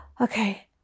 okay